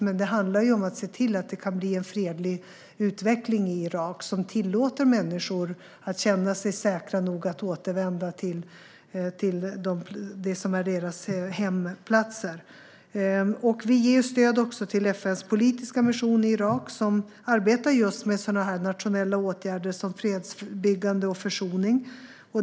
Men det handlar om att se till att det kan bli en fredlig utveckling i Irak som tillåter människor att känna sig säkra nog att återvända till de platser som är deras hem. Vi ger också stöd till FN:s politiska mission i Irak som arbetar just med sådana här nationella åtgärder som fredsbyggande och försoning.